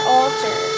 altar